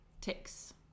Ticks